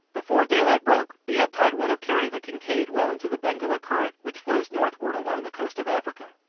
before daylight broke the ebb-tide would have carried the kincaid well into the benguela current which flows northward along the coast of africa,